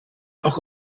auch